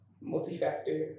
multi-factor